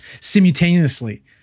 simultaneously